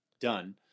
done